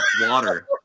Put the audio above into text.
water